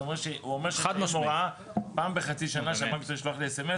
אתה רואה שהוא אומר שזה עם הוראה פעם בחצי שנה שאמרתי לו לשלוח S.M.S,